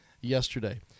yesterday